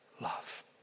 love